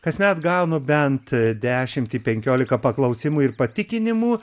kasmet gaunu bent dešimtį penkiolika paklausimų ir patikinimų